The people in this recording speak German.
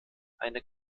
eine